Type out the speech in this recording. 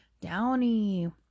downy